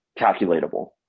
calculatable